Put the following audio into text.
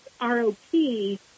ROP